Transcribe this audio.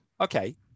okay